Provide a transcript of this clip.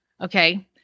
Okay